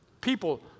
People